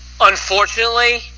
unfortunately